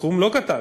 סכום לא קטן,